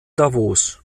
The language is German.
davos